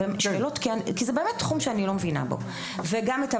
זה תחום שאני לא מבינה בו ואני רוצה לשאול.